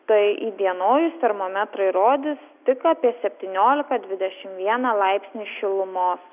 tai įdienojus termometrai rodys tik apie septyniolika dvidešim vieną laipsnį šilumos